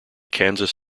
kansas